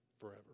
forever